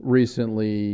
recently